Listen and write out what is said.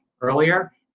earlier